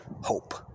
hope